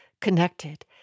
connected